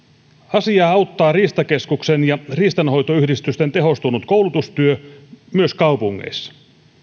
asiaa auttaa riistakeskuksen ja riistanhoitoyhdistysten tehostunut koulutustyö myös kaupungeissa